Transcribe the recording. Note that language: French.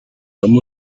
comme